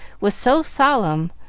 was so solemn,